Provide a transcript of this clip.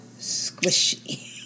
squishy